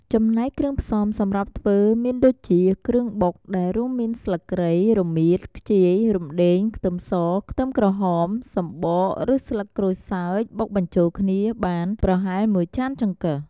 ចំណែកឯគ្រឿងផ្សំសម្រាប់ធ្វើមានដូចជា គ្រឿងបុក ដែលរួមមាន ស្លឹកគ្រៃ រមៀត ខ្ជាយ រំដេង ខ្ទឹមស ខ្ទឹមក្រហម សម្បកឬស្លឹកក្រូចសើចបុកបញ្ជូលគ្នាបាន ប្រហែល១ចានចង្កឹះ។